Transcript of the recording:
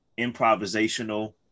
improvisational